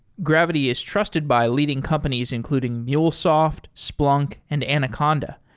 gravity is trusted by leading companies, including mulesoft, splunk and anaconda.